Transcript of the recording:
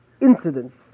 incidents